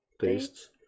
tastes